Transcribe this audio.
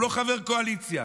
הוא לא חבר קואליציה.